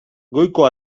goiko